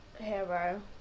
hero